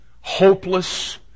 hopeless